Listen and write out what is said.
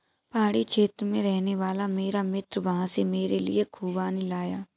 पहाड़ी क्षेत्र में रहने वाला मेरा मित्र वहां से मेरे लिए खूबानी लाया